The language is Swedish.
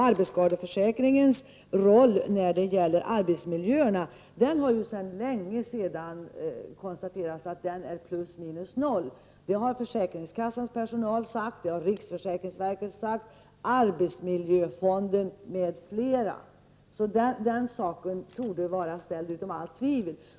Arbetsskadeförsäkringens roll när det gäller arbetsmiljöerna har sedan länge konstaterats vara plus minus noll. Det har försäkringskassans personal sagt, och det har riksförsäkringsverket sagt, likaså arbetsmiljöfonden m.fl., så den saken torde vara ställd utom allt tvivel.